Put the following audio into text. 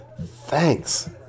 thanks